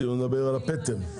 אגורות.